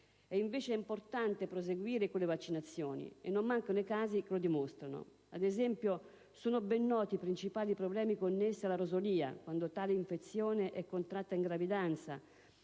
È invece importante proseguire con le vaccinazioni, e non mancano i casi che lo dimostrano. Ad esempio, sono ben noti i principali problemi connessi alla rosolia quando tale infezione è contratta in gravidanza,